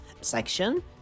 section